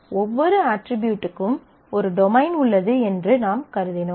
ஒவ்வொரு அட்ரிபியூட்க்கும் ஒரு டொமைன் உள்ளது என்று நாம் கருதினோம்